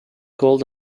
called